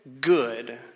good